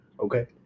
Okay